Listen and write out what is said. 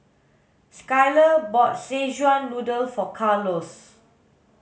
Skyler bought szechuan noodle for Carlos